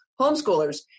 homeschoolers